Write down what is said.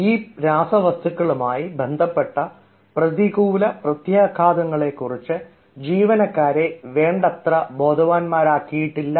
ഈ രാസവസ്തുക്കളുമായി ബന്ധപ്പെട്ട പ്രതികൂല പ്രത്യാഘാതങ്ങളെക്കുറിച്ച് ജീവനക്കാരെ വേണ്ടത്ര ബോധവാന്മാരാക്കിയിട്ടില്ല